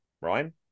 Ryan